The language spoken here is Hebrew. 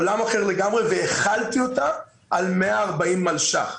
לעולם אחר לגמרי והחלתי אותה על 140 מיליון שקלים.